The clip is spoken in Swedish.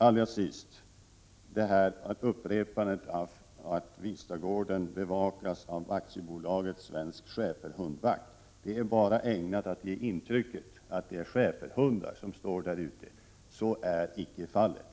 Allra sist vill jag ta upp Eva Zetterbergs påpekande om att Vistagården bevakas av AB Svensk Schäferhundvakt. Det är bara ägnat att ge intrycket att det är schäferhundar som står där ute — så är icke fallet.